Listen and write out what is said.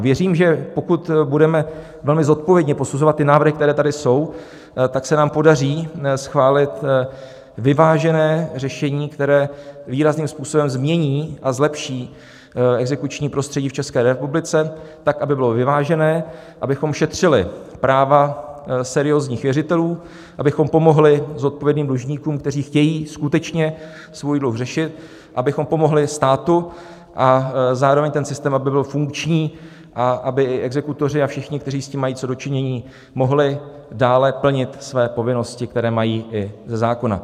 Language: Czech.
Věřím, že pokud budeme velmi zodpovědně posuzovat návrhy, které tady jsou, tak se nám podaří schválit vyvážené řešení, které výrazným způsobem změní a zlepší exekuční prostředí v České republice tak, aby bylo vyvážené, abychom šetřili práva seriózních věřitelů, abychom pomohli zodpovědným dlužníkům, kteří chtějí skutečně svůj dluh řešit, abychom pomohli státu a zároveň ten systém aby byl funkční, aby exekutoři a všichni, kteří s tím mají co do činění, mohli dále plnit své povinnosti, které mají i ze zákona.